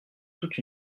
toute